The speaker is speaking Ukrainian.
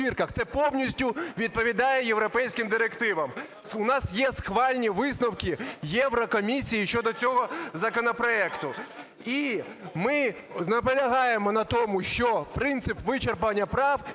це повністю відповідає європейським директивам. У нас є схвальні висновки Єврокомісії щодо цього законопроекту. І ми наполягаємо на тому, що принцип вичерпання прав,